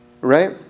right